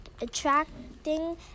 attracting